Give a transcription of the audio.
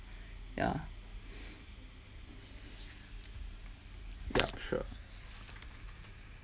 ya ya sure